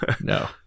No